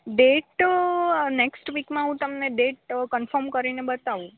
date આ next વીકમાં હું તમને ડેટ કનફોર્મ કરીને બતાવું